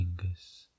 fingers